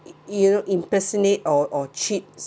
you know impersonate or or cheat